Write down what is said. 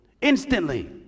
instantly